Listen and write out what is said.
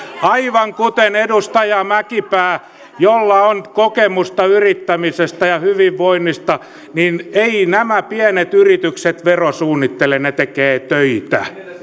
aivan kuten edustaja mäkipää jolla on kokemusta yrittämisestä ja hyvinvoinnista viittasi eivät nämä pienet yritykset verosuunnittele ne tekevät töitä